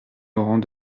laurent